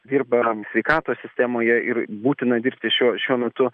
dirbam sveikatos sistemoje ir būtina dirbti šiuo šiuo metu